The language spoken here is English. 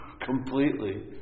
completely